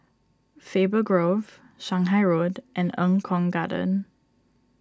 Faber Grove Shanghai Road and Eng Kong Garden